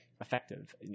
effective